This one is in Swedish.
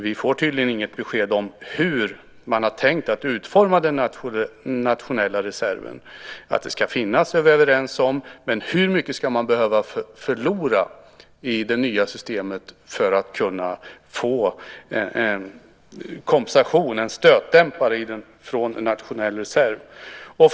Vi får tydligen inget besked om hur man tänkt utforma den nationella reserven. Att den ska finnas är vi överens om. Men hur mycket ska man behöva förlora i det nya systemet för att kunna få kompensation, en stötdämpare, från den nationella reserven?